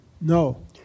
No